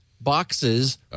boxes